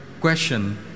question